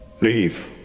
leave